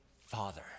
father